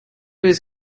was